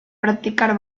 practicar